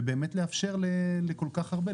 ולאפשר לכל כך הרבה,